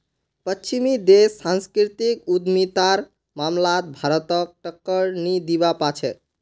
पश्चिमी देश सांस्कृतिक उद्यमितार मामलात भारतक टक्कर नी दीबा पा तेक